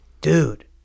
Dude